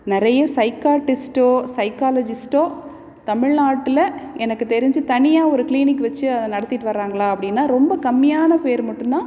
நிறைய சைக்காட்டிஸ்டோ சைக்காலஜிஸ்டோ தமிழ்நாட்டில் எனக்கு தெரிஞ்சு தனியாக ஒரு கிளினிக் வச்சு அதை நடத்திட்டு வர்றாங்களா அப்படின்னா ரொம்ப கம்மியான பேர் மட்டுந்தான்